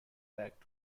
back